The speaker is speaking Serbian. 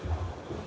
Hvala